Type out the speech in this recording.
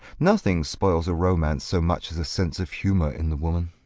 nothing spoils a romance so much as a sense of humour in the woman.